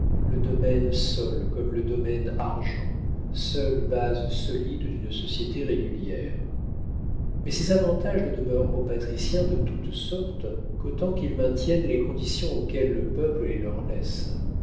le domaine le domaine sol comme le domaine argent seule base solide d'une société régulière mais ces avantages ne demeurent aux patriciens de toute sorte qu'autant qu'ils maintiennent les conditions auxquelles le peuple les leur laisse